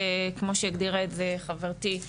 כמו שהגדירה חברתי,